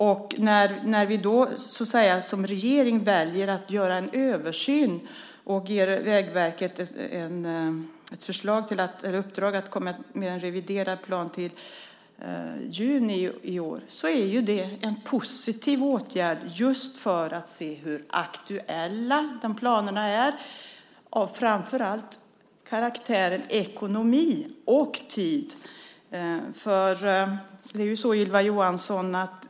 Och när vi då, som regering, väljer att göra en översyn och ger Vägverket ett uppdrag att komma med en reviderad plan till juni nästa år är det en positiv åtgärd, just för att man ska se hur aktuella planerna är, framför allt när det gäller ekonomi och tid. Ylva Johansson!